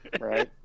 Right